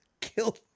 kill